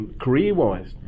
career-wise